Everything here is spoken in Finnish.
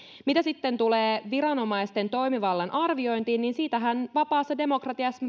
mitä sitten tulee viranomaisten toimivallan arviointiin niin siitähän voimme vapaassa demokratiassa